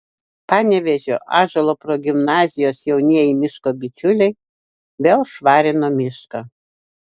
panevėžio ąžuolo progimnazijos jaunieji miško bičiuliai vėl švarino mišką